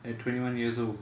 at twenty one years old